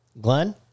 Glenn